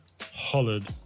hollered